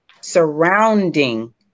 surrounding